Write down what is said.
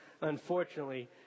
unfortunately